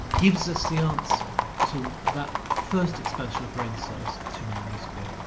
gives us the answer to that first expansion of brain size two million years ago.